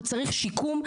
הוא צריך שיקום,